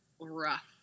rough